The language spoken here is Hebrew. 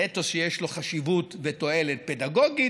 זה אתוס שיש לו חשיבות ותועלת פדגוגית.